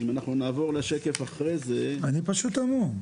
אני פשוט המום.